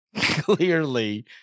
Clearly